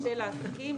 של העסקים,